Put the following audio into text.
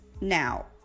Now